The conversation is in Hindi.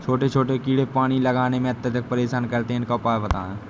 छोटे छोटे कीड़े पानी लगाने में अत्याधिक परेशान करते हैं इनका उपाय बताएं?